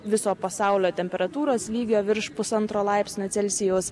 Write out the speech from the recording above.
viso pasaulio temperatūros lygio virš pusantro laipsnio celsijaus